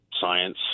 science